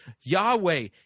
Yahweh